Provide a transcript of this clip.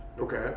Okay